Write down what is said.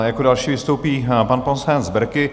Jako další vystoupí pan poslanec Berki.